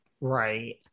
Right